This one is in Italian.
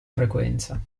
frequenza